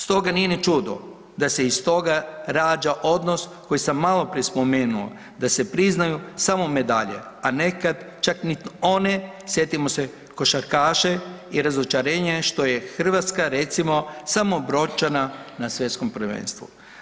Stoga nije ni čudo da se iz toga rađa odnos koji sam maloprije spomenu, da se priznaju samo medalje, a nekad čak niti one, sjetimo se košarkaše i razočarenje što je Hrvatska recimo samo brončana na svjetskom prvenstvu.